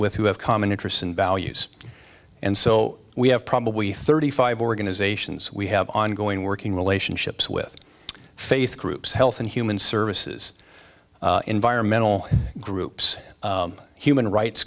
with who have common interests and values and so we have probably thirty five organizations we have ongoing working relationships with faith groups health and human services environmental groups human rights